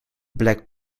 black